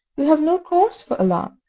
you have no cause for alarm.